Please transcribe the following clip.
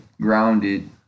grounded